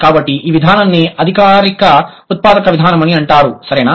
కాబట్టి ఈ విధానాన్ని అధికారిక ఉత్పాదక విధానం అని అంటారు సరేనా